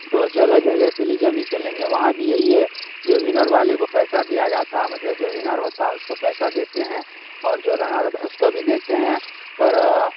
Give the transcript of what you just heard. تو جگہ جگہ پہ لیجم ہی کھیلیں گے وہاں بھی یہی ہے جو ونر والے کو پیسہ دیا جاتا ہے مطلب جو ونر ہوتا ہے اس کو پیسہ دیتے ہیں اور جو رنر ہوتا ہے اس کو بھی دیتے ہیں پر